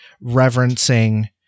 reverencing